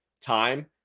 time